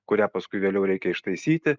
kurią paskui vėliau reikia ištaisyti